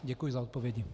Děkuji za odpovědi.